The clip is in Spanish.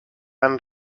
han